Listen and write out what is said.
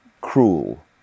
cruel